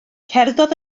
cerddodd